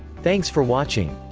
thanks for watching.